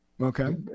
Okay